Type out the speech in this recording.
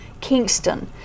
Kingston